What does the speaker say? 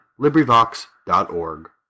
LibriVox.org